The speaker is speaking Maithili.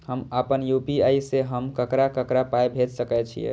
हम आपन यू.पी.आई से हम ककरा ककरा पाय भेज सकै छीयै?